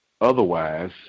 Otherwise